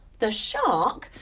the shark,